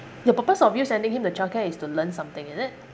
the purpose of you sending him to childcare is to learn something is it